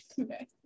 Okay